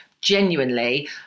Genuinely